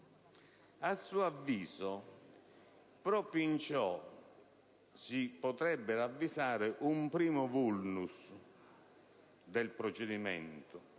A suo avviso, proprio in ciò si potrebbe ravvisare un primo *vulnus* del procedimento,